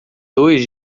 dois